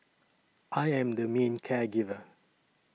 I am the main care giver